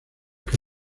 que